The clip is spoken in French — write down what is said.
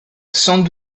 sans